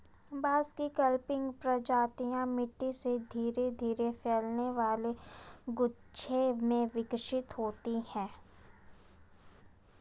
बांस की क्लंपिंग प्रजातियां मिट्टी से धीरे धीरे फैलने वाले गुच्छे में विकसित होती हैं